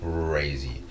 crazy